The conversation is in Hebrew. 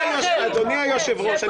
אדוני היושב-ראש,